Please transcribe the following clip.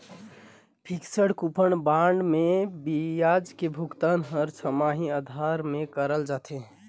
fixed coupon bond मे बियाज के भुगतान हर छमाही आधार में करल जाथे